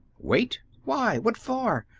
wait? why? what for?